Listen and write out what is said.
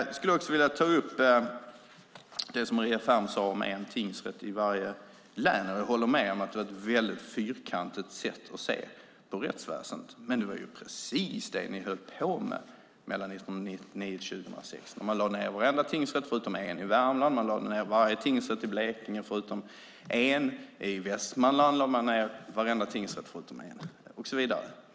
Jag skulle också vilja ta upp det du sade om en tingsrätt i varje län, Maria Ferm. Jag håller med om att det var ett väldigt fyrkantigt sätt att se på rättsväsendet, men det var precis det ni höll på med 1999-2006. Man lade ned varenda tingsrätt i Värmland förutom en, och man lade ned varenda tingsrätt i Blekinge förutom en. I Västmanland lade man ned varenda tingsrätt förutom en, och så vidare.